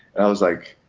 i was like,